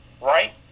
right